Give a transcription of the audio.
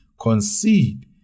concede